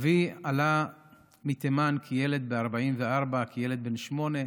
אבי עלה מתימן ב-1944 כילד בן שמונה,